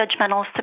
judgmental